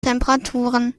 temperaturen